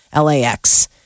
LAX